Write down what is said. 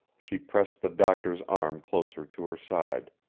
she pressed the doctor's arm closer to her side.